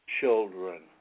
Children